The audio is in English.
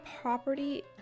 property